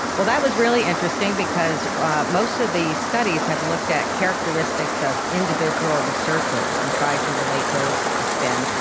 well, that was really interesting because most of the studies have looked at characteristics of individual researchers and tried to relate those to spin,